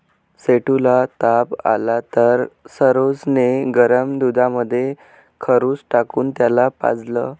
सेठू ला ताप आला तर सरोज ने गरम दुधामध्ये खजूर टाकून त्याला पाजलं